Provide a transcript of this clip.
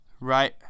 Right